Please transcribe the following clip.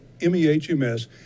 MEHMS